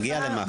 נגיע למח"ש.